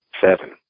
seven